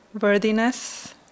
worthiness